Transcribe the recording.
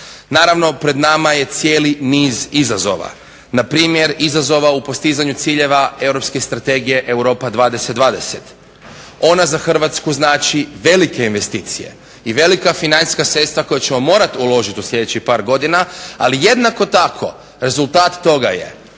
Naravno pred nama je cijeli niz izazova. Na primjer izazova u postizanju ciljeva europske strategije Europa 20/20. Ona za Hrvatsku znači velike investicije i velika financijska sredstva koja ćemo morati uložiti u sljedećih par godina, ali jednako tako rezultat toga je